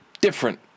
different